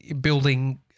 building